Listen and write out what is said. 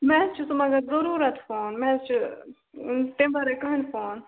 مےٚ حظ چھُ سُہ مگر ضروٗرَت فون مےٚ حظ چھُ تَمہِ وَرٲے کٕہٕنۍ فون